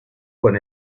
con